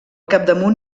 capdamunt